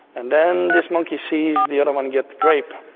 and then this monkey sees the other one get the grape.